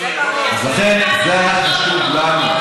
לכן אני אומר,